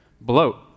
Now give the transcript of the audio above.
Bloat